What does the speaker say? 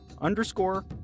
underscore